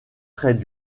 très